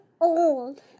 old